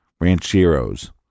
rancheros